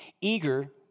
eager